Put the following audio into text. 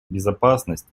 безопасность